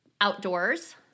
outdoors